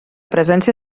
presència